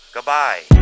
Goodbye